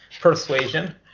persuasion